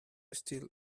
still